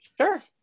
Sure